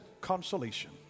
consolation